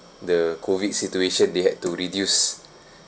the COVID situation they had to reduce